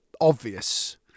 obvious